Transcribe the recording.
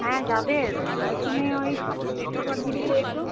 হ্যাঁ যাবে তুমি ওই শুক্রবার দিকেই এসো